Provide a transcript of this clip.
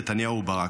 נתניהו וברק.